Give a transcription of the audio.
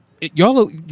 y'all